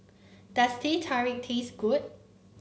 does Teh Tarik taste good